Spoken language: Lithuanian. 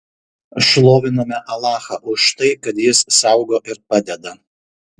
šloviname alachą už tai kad jis saugo ir padeda